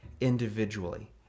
individually